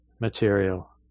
Material